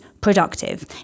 productive